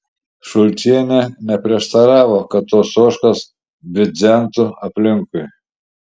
šulčienė neprieštaravo kad tos ožkos bidzentų aplinkui